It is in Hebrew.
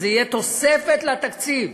וזו תהיה תוספת לתקציב.